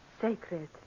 sacred